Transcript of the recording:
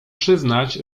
przyznać